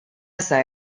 issa